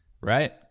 Right